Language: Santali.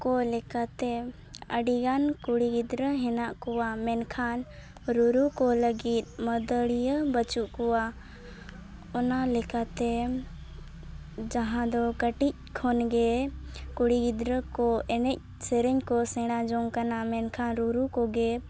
ᱠᱚ ᱞᱮᱠᱟᱛᱮ ᱟᱹᱰᱤᱜᱟᱱ ᱠᱩᱲᱤ ᱜᱤᱫᱽᱨᱟᱹ ᱦᱮᱱᱟᱜ ᱠᱚᱣᱟ ᱢᱮᱱᱠᱷᱟᱱ ᱨᱩᱨᱩᱠᱚ ᱞᱟᱹᱜᱤᱫ ᱢᱟᱹᱫᱟᱹᱲᱤᱭᱟᱹ ᱵᱟᱹᱪᱩᱜ ᱠᱚᱣᱟ ᱚᱱᱟ ᱞᱮᱠᱟᱛᱮ ᱡᱟᱦᱟᱸᱫᱚ ᱠᱟᱹᱴᱤᱡ ᱠᱷᱚᱱᱜᱮ ᱠᱩᱲᱤ ᱜᱤᱫᱽᱨᱟᱹᱠᱚ ᱮᱱᱮᱡᱼᱥᱮᱨᱮᱧᱠᱚ ᱥᱮᱬᱟᱡᱚᱝ ᱠᱟᱱᱟ ᱢᱮᱱᱠᱷᱟᱱ ᱨᱩᱨᱩᱠᱚᱜᱮ